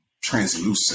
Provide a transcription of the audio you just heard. translucent